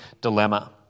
dilemma